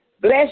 Bless